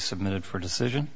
submitted for decision